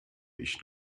ich